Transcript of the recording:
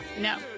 No